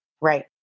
Right